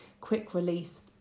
quick-release